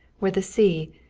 where the sea,